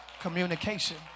communication